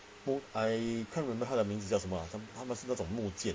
who I can't remember 它的名字叫什么啊 some 他们是那种木剑